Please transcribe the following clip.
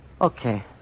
Okay